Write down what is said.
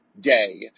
day